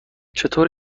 چطور